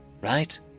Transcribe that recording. Right